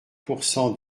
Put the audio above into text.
pourcent